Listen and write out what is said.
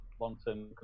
long-term